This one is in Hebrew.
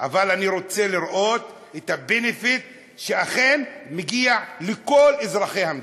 אבל אני רוצה לראות את ה-benefit שאכן מגיע לכל אזרחי המדינה.